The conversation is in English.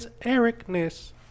Ericness